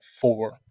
four